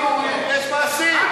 יש דיבורים ויש מעשים.